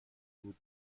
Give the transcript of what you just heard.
بود